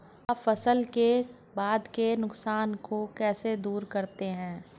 आप फसल के बाद के नुकसान को कैसे दूर करते हैं?